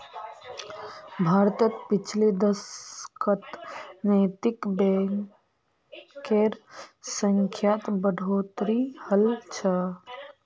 भारतत पिछले दशकत नैतिक बैंकेर संख्यात बढ़ोतरी हल छ